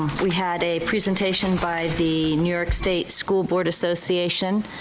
we had a presentation by the new york state school board association,